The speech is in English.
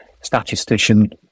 statistician